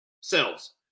cells